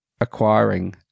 acquiring